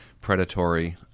predatory